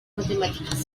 matemáticas